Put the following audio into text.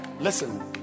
Listen